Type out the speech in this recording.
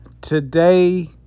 Today